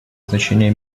значение